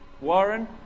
Warren